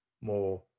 more